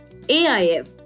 AIF